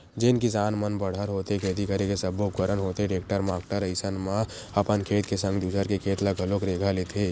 जेन किसान मन बड़हर होथे खेती करे के सब्बो उपकरन होथे टेक्टर माक्टर अइसन म अपन खेत के संग दूसर के खेत ल घलोक रेगहा लेथे